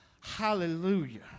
Hallelujah